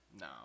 No